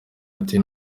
ati